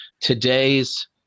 Today's